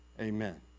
amen